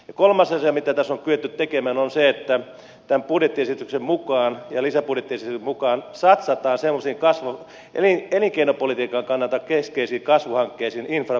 kolmas asia mitä tässä on kyetty tekemään on se että tämän budjettiesityksen ja lisäbudjettiesityksen mukaan satsataan semmoisiin elinkeinopolitiikan kannalta keskeisiin kasvuhankkeisiin infran puolella